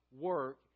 work